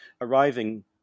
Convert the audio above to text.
arriving